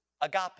agape